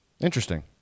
Interesting